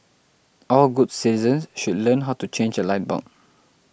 all good citizens should learn how to change a light bulb